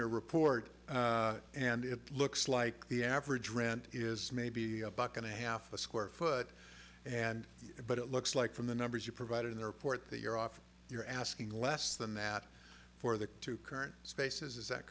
your report and it looks like the average rent is maybe a buck and a half a square foot and but it looks like from the numbers you provided in the report that you're off you're asking less than that for the two current spaces is that